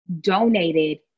donated